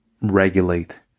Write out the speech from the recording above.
regulate